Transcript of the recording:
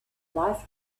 life